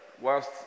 whilst